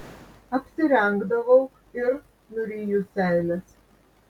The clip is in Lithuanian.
apsirengdavau ir nuryju seiles